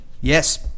Yes